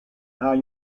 are